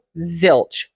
zilch